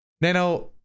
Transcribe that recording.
Nano